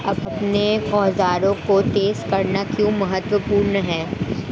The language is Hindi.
अपने औजारों को तेज करना क्यों महत्वपूर्ण है?